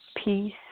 Peace